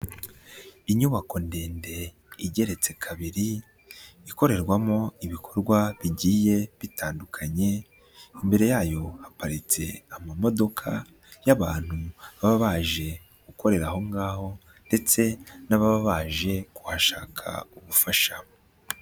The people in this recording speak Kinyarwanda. Inyubako ndende igeretse kabiri, ikorerwamo ibikorwa bigiye bitandukanye, imbere yayo haparitse ama modoka y'abantu baba baje gukorera aho ngaho ndetse n'ababa baje kuhashaka ubufasha.